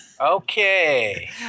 Okay